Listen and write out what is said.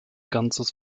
ganzes